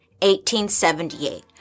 1878